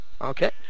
Okay